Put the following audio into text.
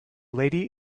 lady